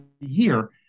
year